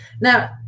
Now